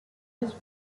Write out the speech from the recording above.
was